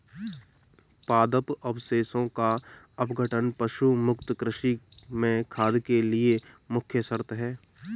पादप अवशेषों का अपघटन पशु मुक्त कृषि में खाद के लिए मुख्य शर्त है